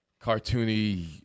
cartoony